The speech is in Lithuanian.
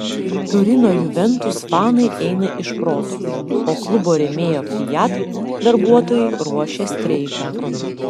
turino juventus fanai eina iš proto o klubo rėmėjo fiat darbuotojai ruošia streiką